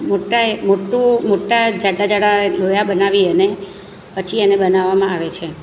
મોટા એ મોટું મોટા જાડા જાડા એ લોયા બનાવી અને પછી એને બનાવવામાં આવે છે